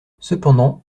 cependant